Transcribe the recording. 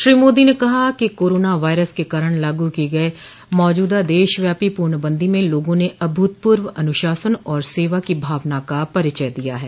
श्री मोदी ने कहा कि कोरोना वायरस के कारण लागू किए गए मौजूदा देशव्यापी पूर्णबंदी में लोगों ने अभूतपूर्व अनुशासन और सेवा की भावना का परिचय दिया है